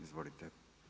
Izvolite.